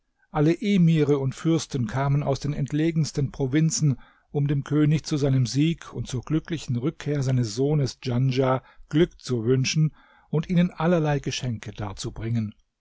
alle emire und fürsten kamen aus den entlegensten provinzen um dem könig zu seinem sieg und zur glücklichen rückkehr seines sohnes djanschah glück zu wünschen und ihnen allerlei geschenke